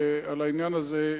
על העניין הזה,